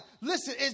Listen